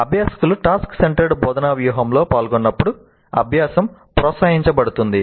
అభ్యాసకులు task centred బోధనా వ్యూహంలో పాల్గొన్నప్పుడు అభ్యాసం ప్రోత్సహించబడుతుంది